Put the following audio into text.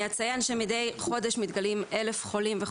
90% מהחולים חולים בעקבות